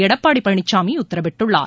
எடப்பாடி பழனிசாமி உத்தரவிட்டுள்ளார்